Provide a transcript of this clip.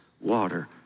water